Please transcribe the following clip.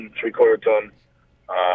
three-quarter-ton